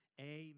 Amen